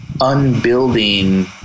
unbuilding